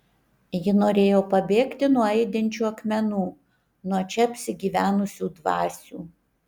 ji norėjo pabėgti nuo aidinčių akmenų nuo čia apsigyvenusių dvasių